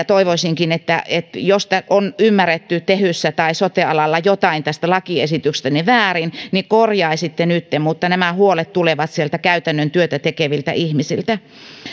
toivoisinkin että että jos on ymmärretty tehyssä tai sote alalla jotain tästä lakiesityksestä väärin niin korjaisitte nytten mutta nämä huolet tulevat sieltä käytännön työtä tekeviltä ihmisiltä